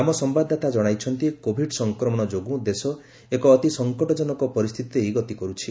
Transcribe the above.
ଆମ ସମ୍ଭାଦଦାତା ଜଣାଇଛନ୍ତି କୋଭିଡ୍ ସଂକ୍ରମଣ ଯୋଗୁଁ ଦେଶ ଏକ ଅତି ସଂକଟଜନକ ପରିସ୍ଥିତି ଦେଇ ଗତି କରୁଛି